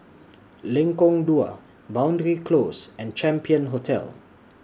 Lengkong Dua Boundary Close and Champion Hotel